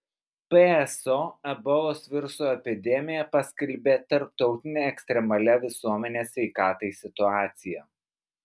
pso ebolos viruso epidemiją paskelbė tarptautine ekstremalia visuomenės sveikatai situacija